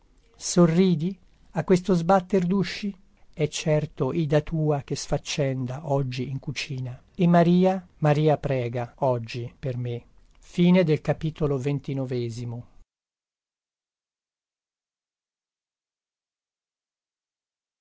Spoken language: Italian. sorridi a questo sbatter dusci è certo ida tua che sfaccenda oggi in cucina e maria maria prega oggi per me